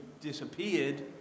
disappeared